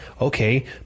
Okay